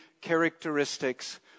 characteristics